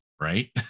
right